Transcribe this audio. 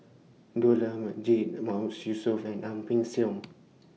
Dollah Majid Mahmood Yusof and Ang Peng Siong